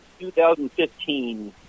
2015